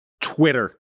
Twitter